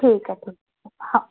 ठीक आहे हा